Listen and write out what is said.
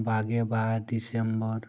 ᱵᱟᱜᱮᱵᱟᱨ December